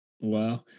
Wow